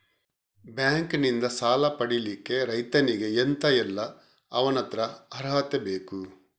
Bank ನಿಂದ ಸಾಲ ಪಡಿಲಿಕ್ಕೆ ರೈತನಿಗೆ ಎಂತ ಎಲ್ಲಾ ಅವನತ್ರ ಅರ್ಹತೆ ಬೇಕು?